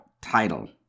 title